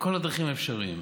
כל הדרכים האפשריות.